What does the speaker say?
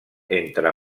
entre